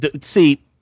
See